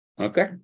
Okay